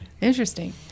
interesting